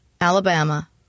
Alabama